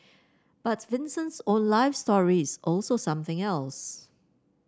but Vincent's own life story is also something else